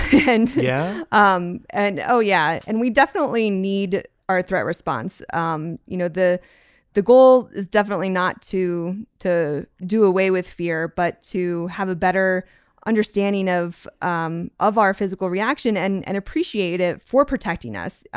and yeah. um and oh yeah and we definitely need our threat response. um you know the the goal is definitely not to to do away with fear but to have a better understanding of um of our physical reaction and and appreciate it for protecting us.